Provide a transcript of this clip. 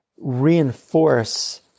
reinforce